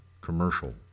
Commercial